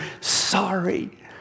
Sorry